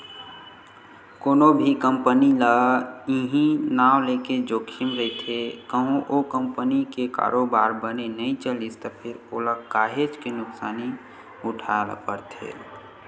कोनो भी कंपनी ल इहीं नांव लेके जोखिम रहिथे कहूँ ओ कंपनी के कारोबार बने नइ चलिस त फेर ओला काहेच के नुकसानी उठाय ल परथे